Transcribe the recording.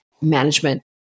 management